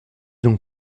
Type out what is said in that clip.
donc